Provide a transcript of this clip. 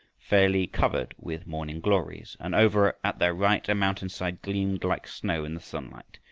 fairly covered with morning-glories, and over at their right a mountainside gleamed like snow in the sunlight,